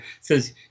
says